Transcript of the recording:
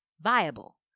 viable